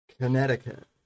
Connecticut